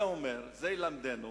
זה ילמדנו